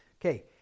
Okay